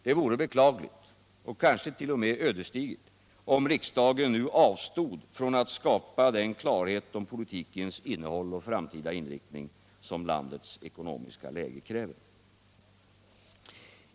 Det vore beklagligt och kanske t.o.m. ödesdigert om riksdagen nu avstod från att skapa den klarhet om politikens innehåll och framtida inriktning som landets ekonomiska läge kräver.